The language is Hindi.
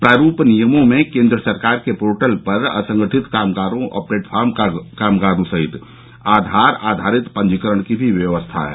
प्रारूप नियमों में केन्द्र सरकार के पोर्टल पर असंगठित कामगारों और प्लेटफार्म कामगारों आदि सहित आधार आधारित पंजीकरण की भी व्यवस्था है